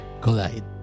collide